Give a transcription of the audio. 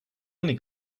only